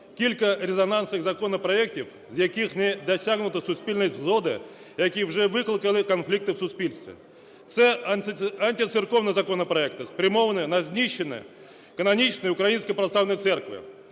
кілька резонансних законопроектів, з яких не досягнуто суспільної згоди і які вже викликали конфлікти в суспільстві. Це антицерковні законопроекти, спрямовані на знищення канонічної Української Православної Церкви.